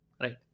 right